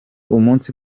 umunsi